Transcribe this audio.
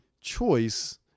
choice